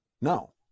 No